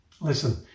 Listen